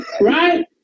Right